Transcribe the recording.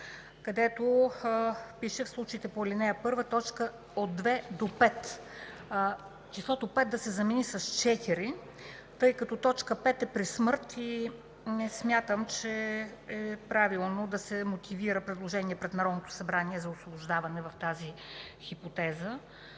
където пише: „В случаите по ал. 1, т. 2 – 5”: числото „5” да се замени с „4”, тъй като т. 5 е „при смърт” и не смятам, че е правилно да се мотивира предложение пред Народното събрание за освобождаване в тази хипотеза.